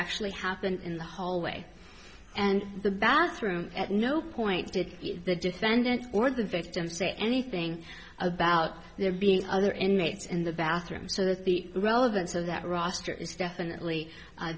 actually happened in the hallway and the bathroom at no point did the defendant or the victim say anything about there being other inmates in the bathroom so that the relevance of that roster is definitely